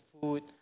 food